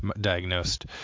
diagnosed